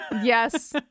Yes